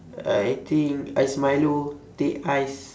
I think ice milo teh ice